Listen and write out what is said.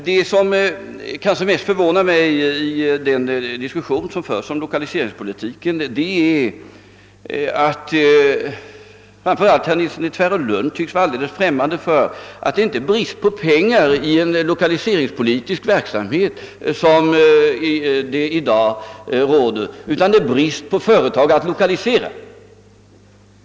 Det som kanske förvånar mig mest i den diskussion som föres om lokaliseringspolitiken är att framför allt herr Nilsson i Tvärålund tycks vara helt främmande för att det inte råder brist på pengar för den lokaliseringspolitiska verksamheten, utan brist på företag att lokalisera.